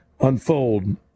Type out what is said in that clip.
unfold